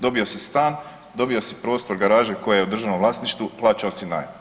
Dobio si stan, dobio si prostor garaže koja je u državnom vlasništvu, plaćao si najam.